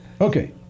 Okay